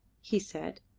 he said.